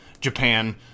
Japan